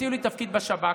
הציעו לי תפקיד בכיר בשב"כ,